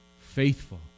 faithful